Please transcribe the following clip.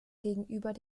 gegenüber